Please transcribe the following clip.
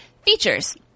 Features